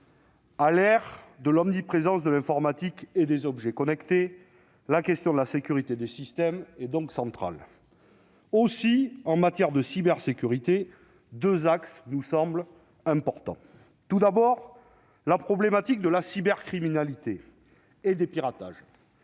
À l'ère de l'omniprésence de l'informatique et des objets connectés, la question de la sécurité des systèmes est donc centrale. Aussi, en matière de cybersécurité, deux axes nous semblent essentiels. La première problématique est celle de la cybercriminalité et des piratages.